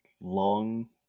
long